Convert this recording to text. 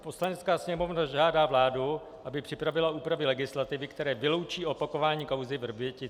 Poslanecká sněmovna žádá vládu, aby připravila úpravy legislativy, které vyloučí opakování kauzy Vrbětice.